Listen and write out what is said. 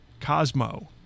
Cosmo